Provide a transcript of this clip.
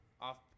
Off